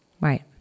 Right